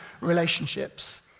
relationships